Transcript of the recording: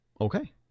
okay